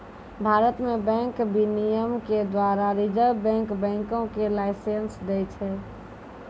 भारत मे बैंक विनियमन के द्वारा रिजर्व बैंक बैंको के लाइसेंस दै छै